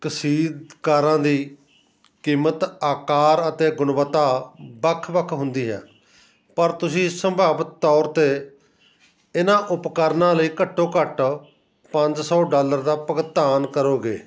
ਕਸ਼ੀਦਕਾਰਾਂ ਦੀ ਕੀਮਤ ਆਕਾਰ ਅਤੇ ਗੁਣਵੱਤਾ ਵੱਖ ਵੱਖ ਹੁੰਦੀ ਹੈ ਪਰ ਤੁਸੀਂ ਸੰਭਾਵਤ ਤੌਰ 'ਤੇ ਇਨ੍ਹਾਂ ਉਪਕਰਣਾਂ ਲਈ ਘੱਟੋ ਘੱਟ ਪੰਜ ਸੌ ਡਾਲਰ ਦਾ ਭੁਗਤਾਨ ਕਰੋਗੇ